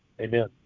Amen